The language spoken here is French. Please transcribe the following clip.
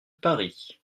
paris